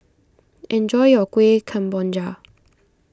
enjoy your Kueh Kemboja